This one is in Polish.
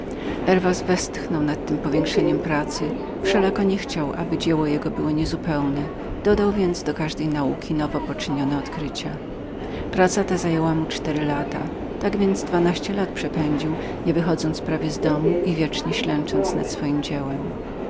postąpiły herwas westchnął nad tem powiększeniem jego pracy wszelako nie chciał aby dzieło jego niebyło zupełnem dodał więc do każdej nauki nowo poczynione odkrycia praca ta zajęła mu cztery lata tak więc dwanaście lat przepędził nie wychodząc prawie z domu i wiecznie ślęcząc nad swojem dziełem